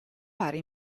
pare